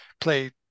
play